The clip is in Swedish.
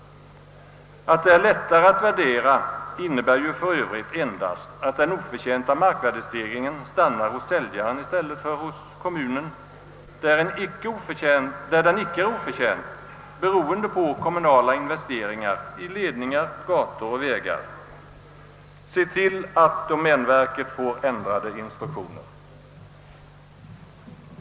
Att det är lättare att värdera innebär för övrigt endast att den oförtjänta markvärdestegringen stannar hos säljaren i stället för hos kommunen, där den icke är oförtjänt beroende på kommunala investeringar, i ledningar, gator och vägar. Se till att domänverket får ändrade instruktioner!